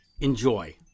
Enjoy